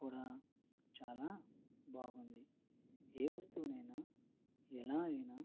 కూడా చాలా బాగుంది ఏ వస్తువునైనా ఎలా అయినా